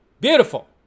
Beautiful